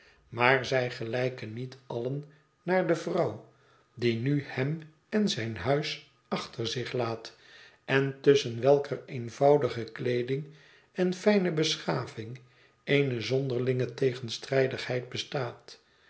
maar zij gelijken niet allen naar de vrouw die nu hem en zijn huis achter zich laat en tusschen welker eenvoudige kleeding en fijne beschaving eene zonderlinge tegenstrijdigheid bestaat